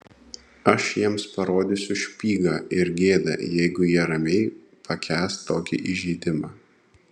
aš jiems parodysiu špygą ir gėda jeigu jie ramiai pakęs tokį įžeidimą